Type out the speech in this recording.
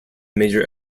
major